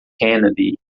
kennedy